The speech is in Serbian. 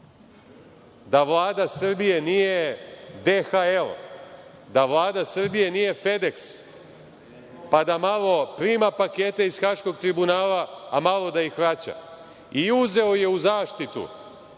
da Vlada Srbije nije DHL, da Vlada Srbije nije Fedeks, pa da malo prima pakete iz Haškog tribunala, a malo da ih vraća. I uzeo je u zaštitu